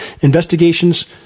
investigations